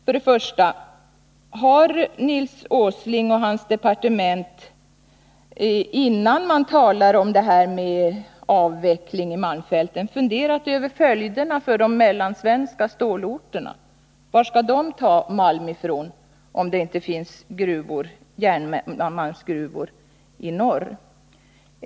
Först och främst: Har Nils Åsling och hans departement innan man talar om detta med avveckling i malmfälten funderat över följderna för de mellansvenska stålorterna? Var skall de ta malm ifrån om det inte finns järnmalmsgruvor i norr?